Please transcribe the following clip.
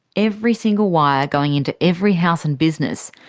every single wire going into every house and business,